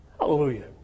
Hallelujah